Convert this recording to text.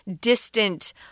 distant